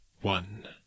one